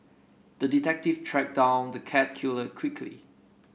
the detective tracked down the cat killer quickly